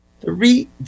Three